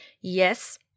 Yes